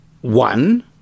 one